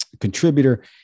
contributor